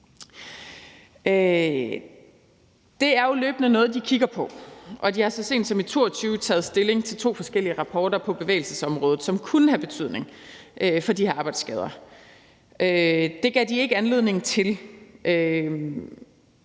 Det er jo noget, de løbende kigger på, og de har så sent som i 2022 taget stilling til to forskellige rapporter på bevægelsesområdet, som kunne have en betydning for de her arbejdsskader. Det gav de ikke anledning til,